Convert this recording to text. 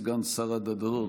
סגן שר הדתות,